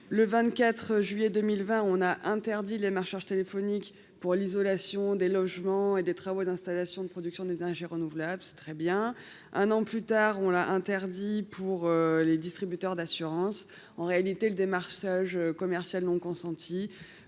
le 24 juillet 2020 on a interdit les marcheurs téléphonique pour l'isolation des logements et des travaux d'installation de production des Hunger renouvelable, c'est très bien. Un an plus tard, on l'a interdit pour les distributeurs d'assurance en réalité le démarchage commercial non consentie.